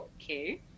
okay